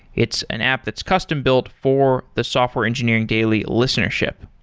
it's an app that's custom-built for the software engineering daily listenership.